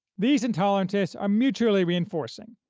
these intolerances are mutually reinforcing,